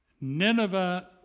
Nineveh